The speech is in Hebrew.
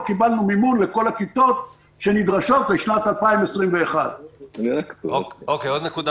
קיבלנו מימון לכל הכיתות שנדרשות לשנת 2021. עוד נקודה